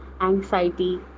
anxiety